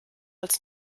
als